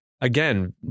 Again